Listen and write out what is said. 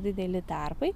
dideli tarpai